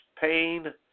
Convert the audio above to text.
pain